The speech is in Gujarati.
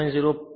03 છે